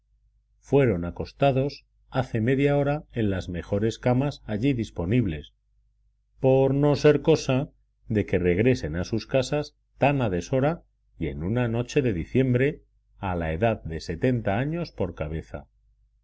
fueron acostados hace media hora en las mejores camas allí disponibles por no ser cosa de que regresen a sus casas tan a deshora y en una noche de diciembre a la edad de setenta años por cabeza